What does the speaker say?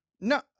No